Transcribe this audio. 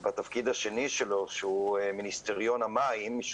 בתפקיד השני שלו שהוא מיניסטריון המים,